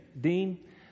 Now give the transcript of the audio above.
Dean